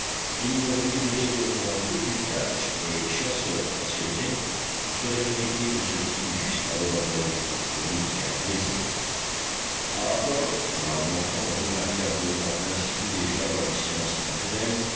il ne reculerait devant aucune tâche et chasseur passionné il ferait un métier de ce qui jusqu'alors n'avait été pour lui qu'un plaisir harbert brave enfant remarquablement instruit déjà dans les sciences naturelles